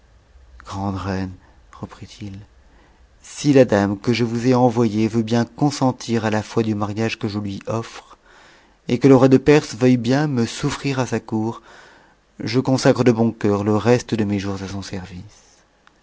grande reine reprit-il si la dame que je vous ai envoyée veut bien consentir à la foi du mariage que je lui offre et que le roi de perse veuille bien me souffrir à sa cour je consacre de bon coeur le reste de mes jours à son service